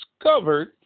discovered